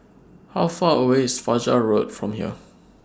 How Far away IS Fajar Road from here